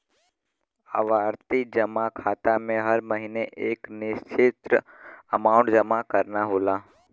आवर्ती जमा खाता में हर महीने एक निश्चित अमांउट जमा करना होला